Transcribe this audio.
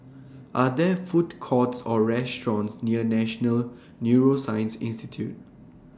Are There Food Courts Or restaurants near National Neuroscience Institute